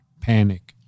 panic